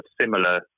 similar